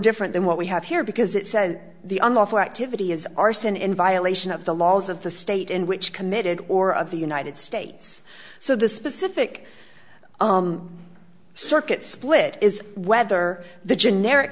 different than what we have here because it says the unlawful activity is is arson violation of the laws of the state in which committed or of the united states so the specific circuit split is whether the generic